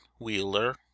Wheeler